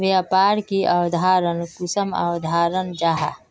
व्यापार की अवधारण कुंसम अवधारण जाहा?